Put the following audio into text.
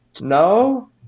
no